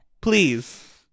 Please